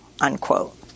unquote